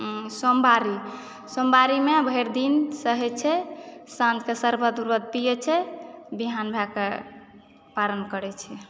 सोमवारी सोमवारीमे भरि दिन सहै छै साँझ कऽ सरबत उरबत पिऐ छै विहान भए कऽ पारण करै छै